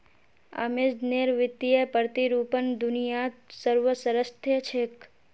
अमेज़नेर वित्तीय प्रतिरूपण दुनियात सर्वश्रेष्ठ छेक